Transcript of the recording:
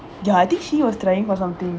ya I think she was trying or something